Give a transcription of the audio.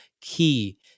key